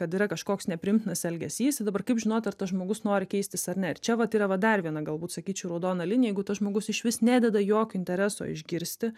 kad yra kažkoks nepriimtinas elgesys o dabar kaip žinot ar tas žmogus nori keistis ar ne ir čia vat yra dar viena galbūt sakyčiau raudona linija jeigu tas žmogus išvis nededa jokio intereso išgirsti